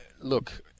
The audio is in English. Look